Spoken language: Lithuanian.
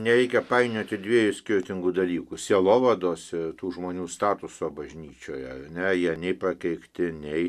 nereikia painioti dviejų skirtingų dalykų sielovados tų žmonių statuso bažnyčioje ne jie nei prakeikti nei